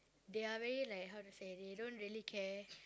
they are very like how to say they don't really care